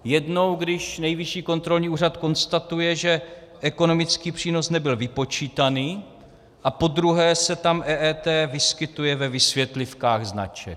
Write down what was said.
Jednou, když Nejvyšší kontrolní úřad konstatuje, že ekonomický přínos nebyl vypočítaný, a podruhé se tam EET vyskytuje ve vysvětlivkách značek.